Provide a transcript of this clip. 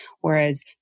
Whereas